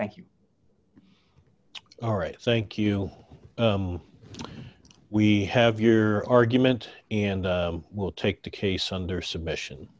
thank you all right thank you we have your argument and will take the case under submission